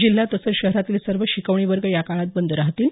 जिल्हा तसंच शहरातील सर्व शिकवणी वर्ग या काळात बंद राहतील